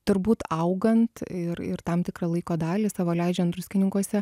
turbūt augant ir ir tam tikrą laiko dalį savo leidžiant druskininkuose